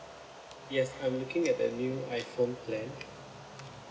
yes I'm looking at the new iphone plan